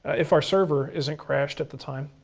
if our server isn't crashed at the time.